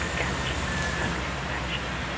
damaged in confabulating patients.